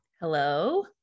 Hello